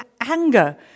anger